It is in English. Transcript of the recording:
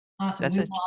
Awesome